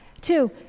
Two